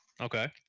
Okay